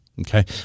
okay